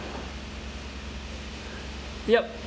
yup